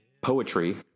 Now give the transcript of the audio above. poetry